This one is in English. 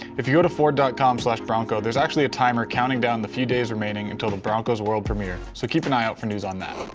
if you go to ford com so bronco, there's actually a timer counting down the few days remaining until the broncos world premiere. so keep an eye out for news on that.